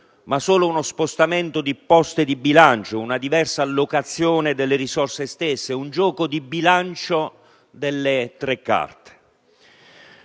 ma solo uno spostamento di poste di bilancio, una diversa allocazione delle risorse stesse, un gioco delle tre carte.